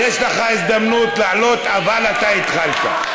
יש לך הזדמנות לעלות, אבל אתה התחלת.